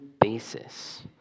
basis